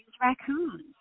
raccoons